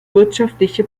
wirtschaftliche